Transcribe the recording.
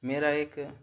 میرا ایک